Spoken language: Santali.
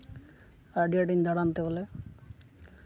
ᱟᱹᱰᱤ ᱟᱸᱴᱤᱧ ᱫᱟᱬᱟᱱ ᱛᱮ ᱵᱚᱞᱮ